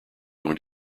going